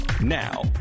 Now